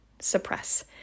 suppress